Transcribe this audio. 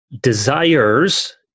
desires